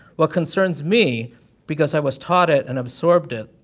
what concerns me because i was taught it, and absorbed it,